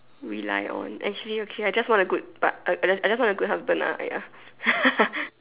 rely on actually okay I just want a good part~ I just I just want a good husband lah ah ya